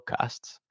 Podcasts